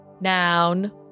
Noun